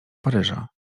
paryża